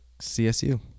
CSU